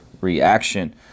reaction